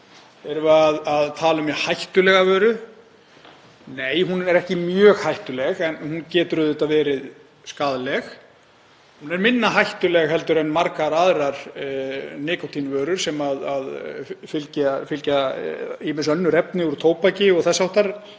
við að tala um mjög hættulega vöru? Nei, hún er ekki mjög hættuleg en hún getur auðvitað verið skaðleg. Hún er minna hættuleg heldur en margar aðrar nikótínvörur þar sem fylgja önnur efni úr tóbaki og þess háttar,